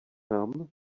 nám